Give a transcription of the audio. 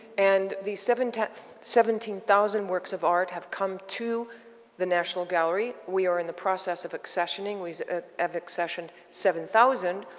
and the seventeen seventeen thousand works of art have come to the national gallery. we are in the process of accessioning. we have accessioned seven thousand.